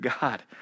God